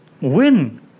win